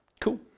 Cool